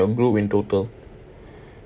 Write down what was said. how many people are there in your group in total